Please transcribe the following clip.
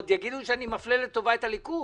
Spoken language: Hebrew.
עוד יגידו שאני מפלה לטובה את הליכוד.